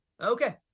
Okay